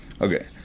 Okay